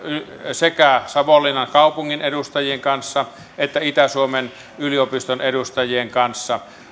sekä savonlinnan kaupungin edustajien kanssa että itä suomen yliopiston edustajien kanssa